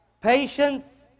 Patience